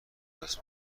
دست